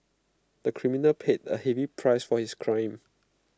the criminal paid A heavy price for his crime